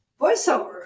voiceover